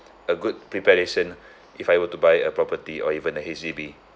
a good preparation if I were to buy a property or even a H_D_B